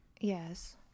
Yes